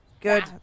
Good